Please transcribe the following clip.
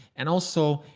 and also,